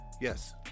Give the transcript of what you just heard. Yes